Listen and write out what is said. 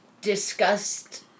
discussed